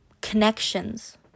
connections